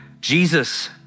Jesus